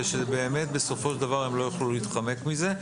שבאמת בסופו של דבר הם לא יוכלו להתחמק מזה.